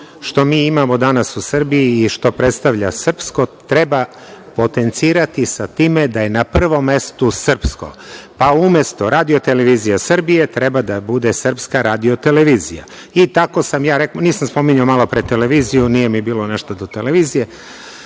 što imamo danas u Srbiji, i što predstavlja srpsko, treba potencirati sa time da je, na prvom mestu srpsko, pa umesto Radio Televizije Srbije, treba da bude srpska radio televizija, i tako sam ja rekao, nisam spominjao malopre televiziju, nije mi bilo nešto do televizije,